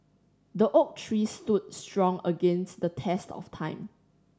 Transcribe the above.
the oak tree stood strong against the test of time